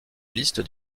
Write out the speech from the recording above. liste